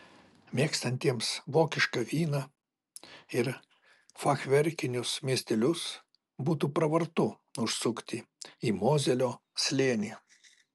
mėgstantiems vokišką vyną ir fachverkinius miestelius būtų pravartu užsukti į mozelio slėnį